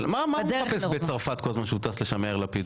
מה הוא מחפש בצרפת כל הזמן שהוא טס לשם יאיר לפיד,